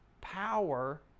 power